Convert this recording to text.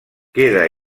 queda